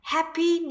Happy